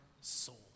soul